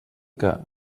que